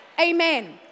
Amen